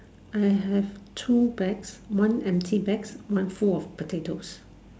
I have two bags one empty bags one full of potatoes